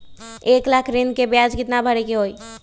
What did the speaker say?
एक लाख ऋन के ब्याज केतना भरे के होई?